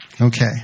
Okay